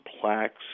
plaques